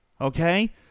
Okay